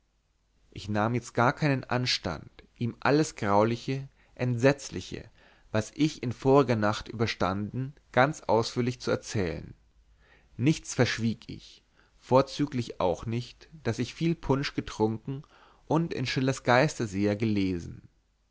ich nahm jetzt gar keinen anstand ihm alles grauliche entsetzliche was ich in voriger nacht überstanden ganz ausführlich zu erzählen nichts verschwieg ich vorzüglich auch nicht daß ich viel punsch getrunken und in schillers geisterseher gelesen